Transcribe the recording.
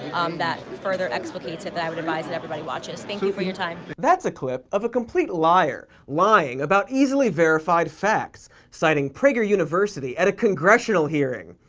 um, that further explicates it that i would advise that everybody watches. thank you for your time. cody that's a clip of a complete liar, lying about easily verified facts, citing prager university at a congressional hearing.